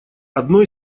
одной